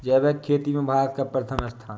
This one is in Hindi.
जैविक खेती में भारत का प्रथम स्थान